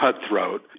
cutthroat